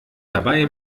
dabei